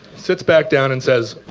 sits back down and says,